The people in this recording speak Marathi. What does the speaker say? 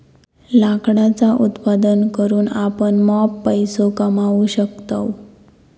लाकडाचा उत्पादन करून आपण मॉप पैसो कमावू शकतव